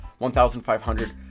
1,500